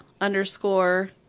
underscore